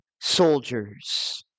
soldiers